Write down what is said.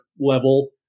level